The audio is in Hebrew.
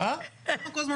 בת-ים,